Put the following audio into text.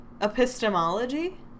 Epistemology